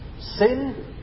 Sin